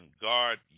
guard